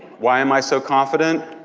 why am i so confident?